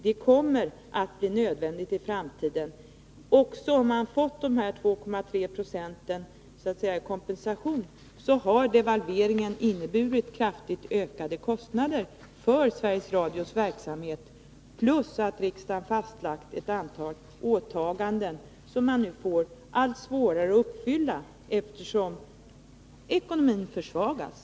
Det kommer att bli nödvändigt i framtiden. Även om man har fått dessa 2,3 Zo i kompensation, så räcker det inte. Devalveringen har inneburit kraftigt ökade kostnader för Sveriges Radios verksamhet, och därtill har riksdagen fastlagt ett antal åtaganden som Sveriges Radio får allt svårare att uppfylla, eftersom ekonomin försvagas.